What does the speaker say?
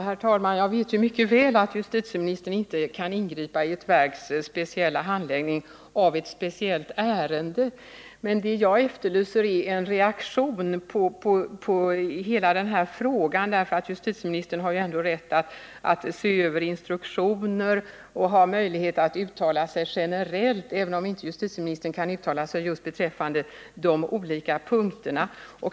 Herr talman! Jag vet mycket väl att justitieministern inte kan ingripa i ett verks särskilda handläggning av ett speciellt ärende. Det jag efterlyser är en reaktion när det gäller hela den här frågan, eftersom justitieministern ändå har rätt att se över instruktioner och kan uttala sig generellt, även om att bekämpa våld och vandalism justitieministern inte kan uttala sig om de olika punkterna.